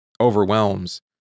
overwhelms